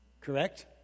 Correct